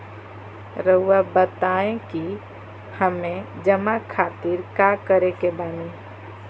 रहुआ बताइं कि हमें जमा खातिर का करे के बानी?